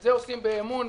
את זה עושים באמון,